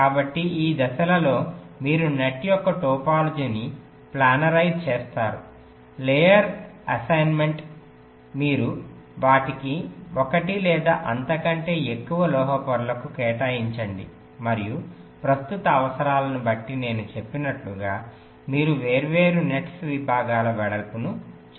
కాబట్టి ఈ దశలలో మీరు నెట్ యొక్క టోపోలాజీని ప్లానరైజ్ చేస్తారు లేయర్ అసైన్మెంట్ మీరు వాటిని ఒకటి లేదా అంతకంటే ఎక్కువ లోహ పొరలకు కేటాయించండి మరియు ప్రస్తుత అవసరాలను బట్టి నేను చెప్పినట్లుగా మీరు వేర్వేరు నెట్స్ విభాగాల వెడల్పును చెప్పారు